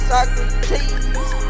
Socrates